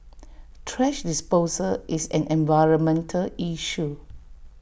thrash disposal is an environmental issue